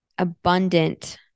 abundant